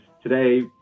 Today